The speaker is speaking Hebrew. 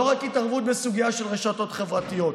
לא רק התערבות בסוגיה של רשתות חברתיות.